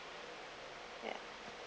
ya